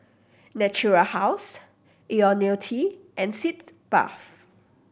Natura House Ionil T and Sitz Bath